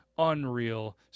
Unreal